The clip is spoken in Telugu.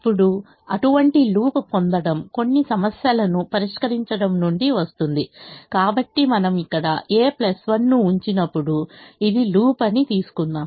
ఇప్పుడు అటువంటి లూప్ పొందడం కొన్ని సమస్యలను పరిష్కరించడం నుండి వస్తుంది కాబట్టి మనం ఇక్కడ a1 ను ఉంచినప్పుడు ఇది లూప్ అని తీసుకుందాం